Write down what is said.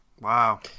Wow